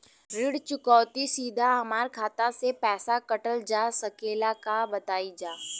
ऋण चुकौती सीधा हमार खाता से पैसा कटल जा सकेला का बताई जा?